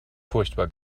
furchtbar